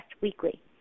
weekly